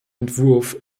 entwurf